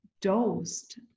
dosed